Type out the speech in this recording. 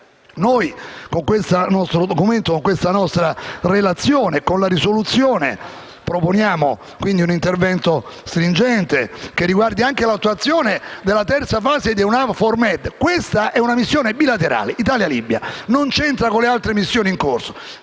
In conclusione, con questa nostra relazione e con la proposta di risoluzione, proponiamo un intervento stringente che riguardi anche l'attuazione della terza fase di EUNAVFOR MED. Questa è una missione bilaterale Italia-Libia, non c'entra con le altre missioni in corso.